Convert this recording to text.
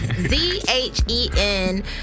Z-H-E-N